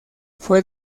fue